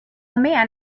man